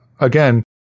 again